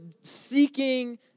seeking